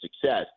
success